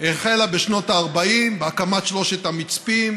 החלה בשנות ה-40 בהקמת שלושת המצפים,